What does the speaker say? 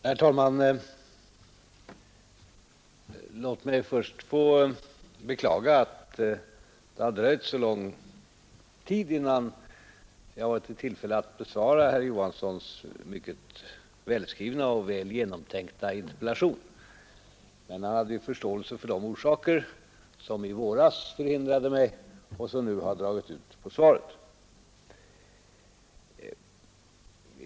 Herr talman! Låt mig först få beklaga att det har dröjt så lång tid innan jag varit i tillfälle att besvara herr Olof Johanssons mycket välskrivna och väl genomtänkta interpellation. Men han hade ju förståelse för de orsaker som i våras förhindrade mig och som nu har dragit ut på tiden för svaret.